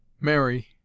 Mary